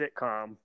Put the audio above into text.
sitcom